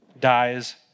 dies